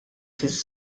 fiż